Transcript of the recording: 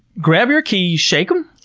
grab your keys, shake em,